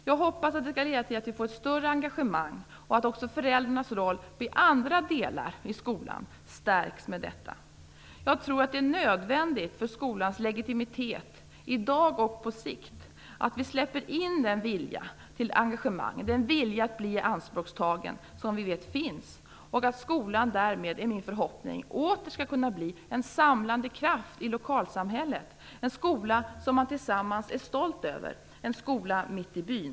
Jag hoppas att det leder till ett större engagemang och till att föräldrarnas roll i andra delar i skolan stärks i och med detta. Jag tror att det är nödvändigt för skolans legitimitet både i dag och på sikt att vi släpper in den vilja till engagemang och den vilja att bli ianspråktagen som vi vet finns. Dessutom är det min förhoppning att skolan därmed åter kan bli en samlande kraft i lokalsamhället och något som man tillsammans är stolt över - en skola mitt i byn.